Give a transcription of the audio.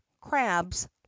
crabs